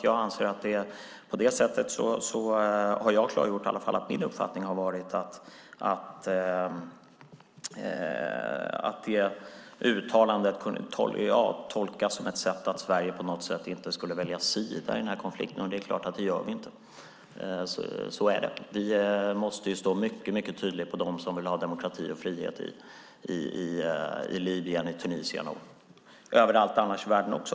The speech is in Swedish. Jag anser alltså att jag har klargjort att min uppfattning har varit att detta uttalande kunde tolkas som att Sverige inte skulle välja sida i denna konflikt. Det är klart; det gör vi inte. Så är det. Vi måste stå mycket tydligt på deras sida som vill ha demokrati och frihet i Libyen, Tunisien och överallt annars i världen också.